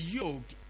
yoke